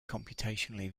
computationally